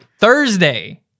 Thursday